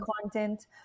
content